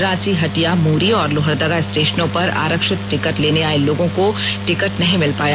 रांची हटिया मूरी और लोहरदगा स्टेशनों पर आरक्षित टिकट लेने आए लोगों को टिकट नहीं मिल पाया